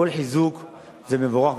כל חיזוק מבורך,